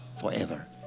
forever